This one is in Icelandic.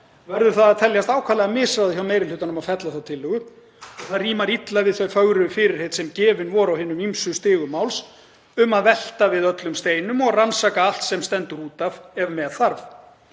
verður að teljast ákaflega misráðið hjá meiri hlutanum að fella þá tillögu og rímar það illa við þau fögru fyrirheit sem gefin voru á hinum ýmsu stigum máls um að velta við öllum steinum og rannsaka allt sem stendur út af ef með þyrfti.